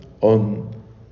on